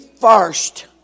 first